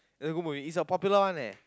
it's a good movie it's a popular one leh